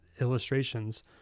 illustrations